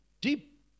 deep